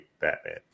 Batman